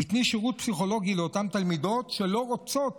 תיתני שירות פסיכולוגי לאותן תלמידות שלא רוצות